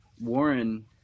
Warren